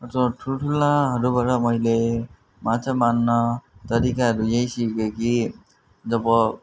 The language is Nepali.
अझ ठुल्ठुलाहरूबाट मैले माछा मार्न तरिकाहरू यहीँ सिकेँ कि जब